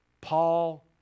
Paul